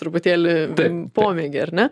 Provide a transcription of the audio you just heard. truputėlį pomėgį ar ne